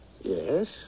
Yes